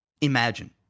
Imagine